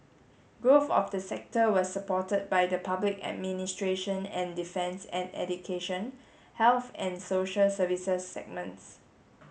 growth of the sector was supported by the public administration and defence and education health and social services segments